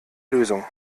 lösung